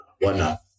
whatnot